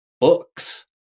books